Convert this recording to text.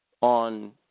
on